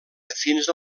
fins